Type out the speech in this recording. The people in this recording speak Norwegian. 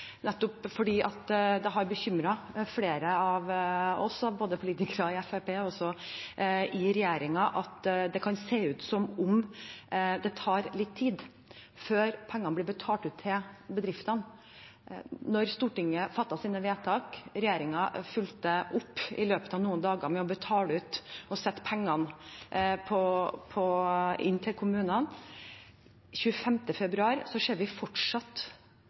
nettopp fordi det har bekymret flere av oss, både politikere i Fremskrittspartiet og også i regjeringen, at det kan se ut som om det tar litt tid før pengene blir betalt ut til bedriftene. Stortinget fattet sine vedtak, og regjeringen fulgte opp i løpet av noen dager med å betale ut og sette inn pengene til kommunene, men den 25. februar så vi at det fortsatt